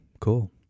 cool